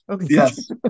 Yes